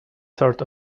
sort